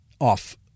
off